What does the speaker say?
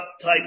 type